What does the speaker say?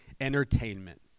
Entertainment